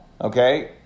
okay